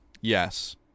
Yes